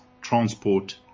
transport